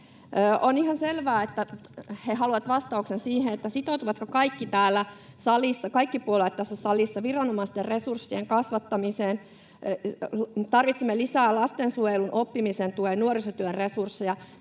On ihan selvää, että he haluavat vastauksen siihen, sitoutuvatko kaikki täällä salissa, kaikki puolueet tässä salissa, viranomaisten resurssien kasvattamiseen. Tarvitsemme lisää lastensuojelun, oppimisen tuen ja nuorisotyön resursseja